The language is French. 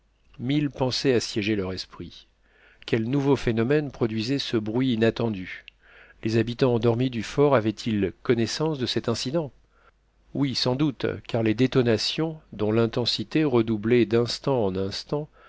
mille pensées assiégeaient leur esprit quel nouveau phénomène produisait ce bruit inattendu les habitants endormis du fort avaient-ils connaissance de cet incident oui sans doute car les détonations dont l'intensité redoublait d'instant en instant